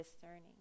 discerning